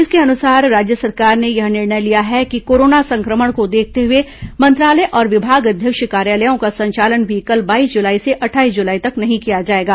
इसके अनुसार राज्य सरकार ने यह निर्णय लिया है कि कोरोना संक्रमण को देखते हुए मंत्रालय और विभागाध्यक्ष कार्यालयों का संचालन भी कल बाईस जुलाई से अट्ठाईस जुलाई तक नहीं किया जाएगा